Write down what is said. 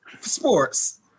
sports